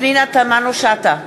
פנינה תמנו-שטה,